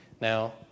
Now